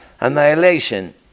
annihilation